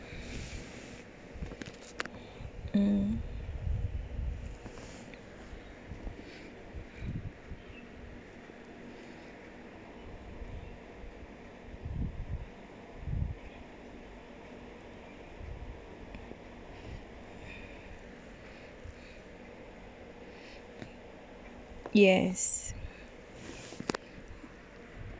mm yes